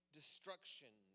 destruction